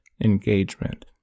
engagement